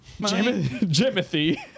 Jimothy